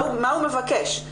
מה הוא מבקש.